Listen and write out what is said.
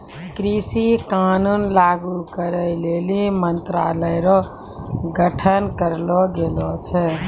कृषि कानून लागू करै लेली मंत्रालय रो गठन करलो गेलो छै